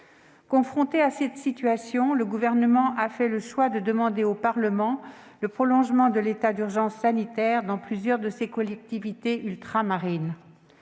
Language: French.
Confronté à cette situation, le Gouvernement a fait le choix de demander au Parlement la prorogation de l'état d'urgence sanitaire dans plusieurs de ces collectivités ultramarines.